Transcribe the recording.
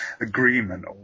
agreement